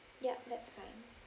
ya that's fine